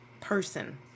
person